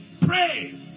pray